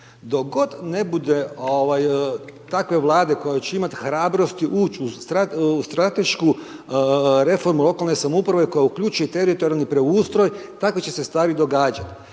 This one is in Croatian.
dok god ne bude takve Vlade koja će imat hrabrosti uć u stratešku reformu lokalne samouprave koja uključuje teritorijalni preustroj, takve će se stvari događat.